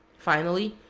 finally,